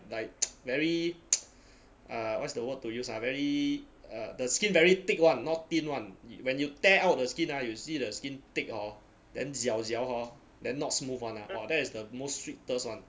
like very err what's the word to use ah very uh the skin very thick [one] not thin [one] y~ when you tear out the skin ah you see the skin thick hor then jiao jiao hor then not smooth [one] !wah! that is the most sweetest [one]